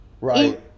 right